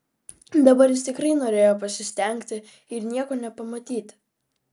dabar jis tikrai norėjo pasistengti ir nieko nepamatyti